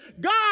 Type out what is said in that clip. God